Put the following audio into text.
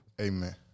Amen